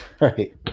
right